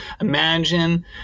imagine